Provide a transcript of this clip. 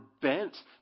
bent